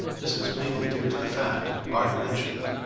this is mainly due to the fact, already mentioned,